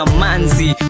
manzi